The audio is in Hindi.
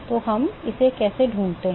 तो हम इसे कैसे ढूंढते हैं